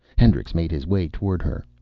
hendricks made his way toward her.